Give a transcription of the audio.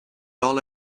all